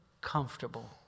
comfortable